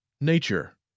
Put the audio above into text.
Nature